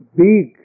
big